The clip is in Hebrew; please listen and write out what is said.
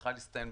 שצריכה להסתיים,